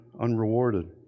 unrewarded